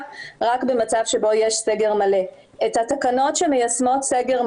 לא היינו מגיעים לסגר מלא אם לא הייתם מסכנים את בריאות הציבור,